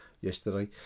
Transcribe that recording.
yesterday